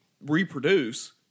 reproduce